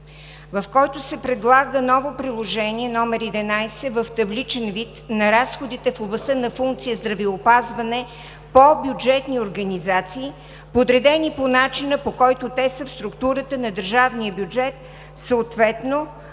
в който се предлага ново приложение № 11 в табличен вид на разходите в областта на функция „Здравеопазване“ по бюджетни организации, подредени по начина, по който те са в структура на държавния бюджет – съответно